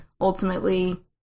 ultimately